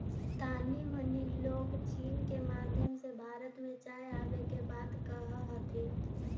तानी मनी लोग चीन के माध्यम से भारत में चाय आबे के बात कह हथिन